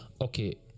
okay